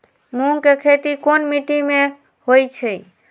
मूँग के खेती कौन मीटी मे होईछ?